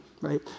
Right